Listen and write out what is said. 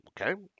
Okay